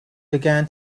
began